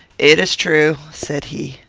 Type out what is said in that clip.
it is true, said he.